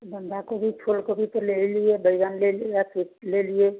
बन्धा गोभी फूल गोभी तो ले ही लिए बैगन ले लिए ले लिए